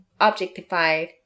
objectified